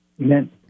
Amen